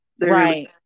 right